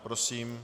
Prosím.